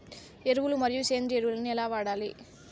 ఎరువులు మరియు సేంద్రియ ఎరువులని ఎలా వాడాలి?